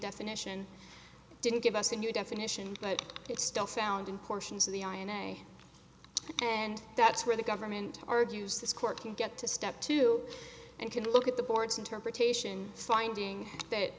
definition didn't give us a new definition but it still found in portions of the i a e a and that's where the government argues this court can get to step two and can look at the board's interpretation finding that